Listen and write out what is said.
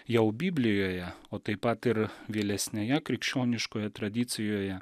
jau biblijoje o taip pat ir vėlesnėje krikščioniškoje tradicijoje